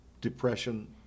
depression